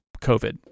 COVID